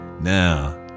Now